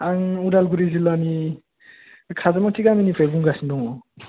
आं उदालगुरि जिल्लानि काजिमथि गामिनिफ्राय बुंगासिनो दङ